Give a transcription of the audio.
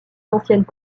anciennes